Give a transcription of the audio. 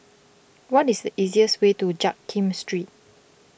what is the easiest way to Jiak Kim Street